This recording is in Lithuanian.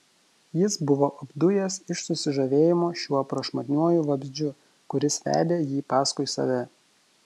jis buvo apdujęs iš susižavėjimo šiuo prašmatniuoju vabzdžiu kuris vedė jį paskui save